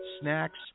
snacks